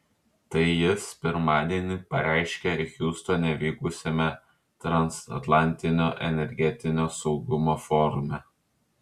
tai jis pirmadienį pareiškė hjustone vykusiame transatlantinio energetinio saugumo forume